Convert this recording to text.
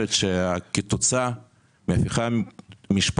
מדברת על כך שכתוצאה מההפיכה המשפטית,